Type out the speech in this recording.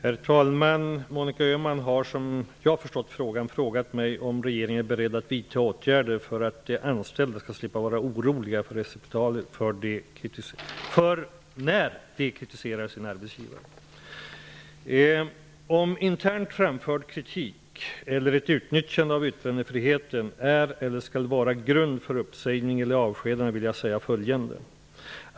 Herr talman! Monica Öhman har, som jag förstått frågan, frågat mig om regeringen är beredd att vidta åtgärder för att de anställda skall slippa vara oroliga för repressalier när de kritiserar sin arbetsgivare. När det gäller frågan om internt framförd kritik eller ett utnyttjande av yttrandefriheten är eller skall kunna vara grund för uppsägning eller avskedande vill jag säga följande.